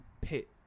pit